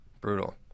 Brutal